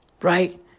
right